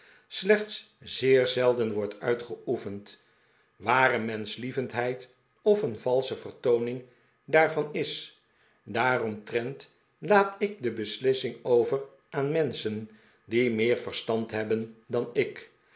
slechts zeer zelden wordt uitgeoefend ware menschlievenheid of een valsche vertooning daarvan is daaromtrent laat ik de beslissing over aan menschen die meer verstand hebben dan ik